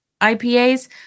IPAs